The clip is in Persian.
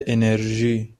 انرژی